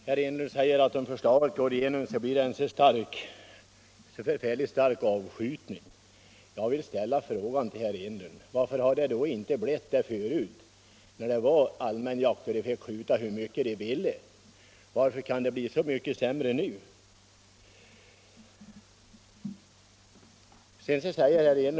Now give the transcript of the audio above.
Herr Enlund säger att det, om reservanternas förslag genomförs, blir en mycket stark avskjutning. Jag vill ställa frågan till herr Enlund: Varför har då inte avskjutningen ökat så kraftigt tidigare när man under den allmänna jakttiden fick skjuta så många älgar som man ville? Varför skulle det bli så mycket sämre nu? Nu är reglerna skärpta.